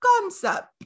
concept